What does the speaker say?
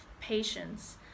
patience